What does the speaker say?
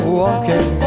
walking